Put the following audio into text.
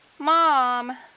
Mom